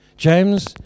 James